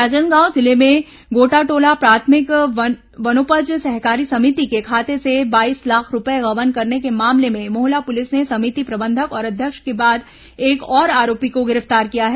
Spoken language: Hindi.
राजनांदगांव जिले में गोटाटोला प्राथमिक वनोपज सहकारी समिति के खाते से बाईस लाख रूपए गबन करने के मामले में मोहला पुलिस ने समिति प्रबंधक और अध्यक्ष के बाद एक और आरोपी को गिरफ्तार किया है